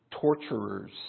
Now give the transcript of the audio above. torturers